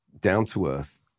down-to-earth